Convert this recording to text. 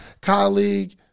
colleague